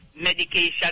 medication